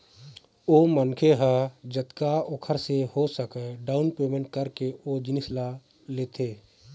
ओ मनखे ह जतका ओखर से हो सकय डाउन पैमेंट करके ओ जिनिस ल लेथे